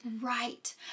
Right